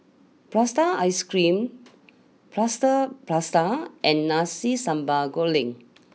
Prata Ice cream Plaster Prata and Nasi Sambal Goreng